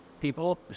people